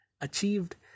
achieved